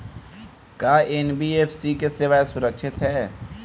का एन.बी.एफ.सी की सेवायें सुरक्षित है?